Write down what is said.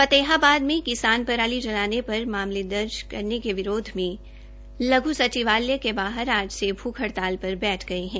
फतेहाबाद में किसान पराली जलाने पर मामले दर्ज के विरोध में लघ् सचिवालय के बाहर आज से भूख हडताल पर बैठ गये है